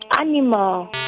Animal